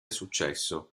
successo